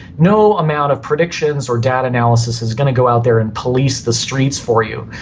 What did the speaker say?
no amount of predictions or data analysis is going to go out there and police the streets for you.